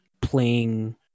playing